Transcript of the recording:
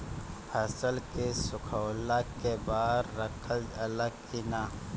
फसल के सुखावला के बाद रखल जाला कि न?